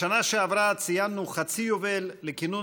בשנה שעברה ציינו חצי יובל לכינון